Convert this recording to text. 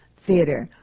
theatre,